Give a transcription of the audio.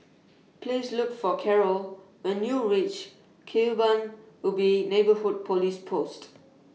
Please Look For Carlo when YOU REACH Kebun Ubi Neighbourhood Police Post